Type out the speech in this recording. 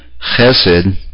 chesed